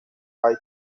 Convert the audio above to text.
hay